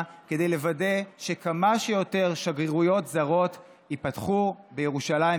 כדי לוודא שכמה שיותר שגרירויות זרות ייפתחו בירושלים,